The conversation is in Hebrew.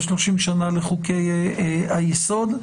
ו-30 שנה לחוקי היסוד.